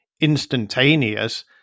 instantaneous